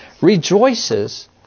rejoices